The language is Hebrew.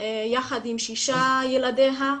יחד עם שישה ילדיה,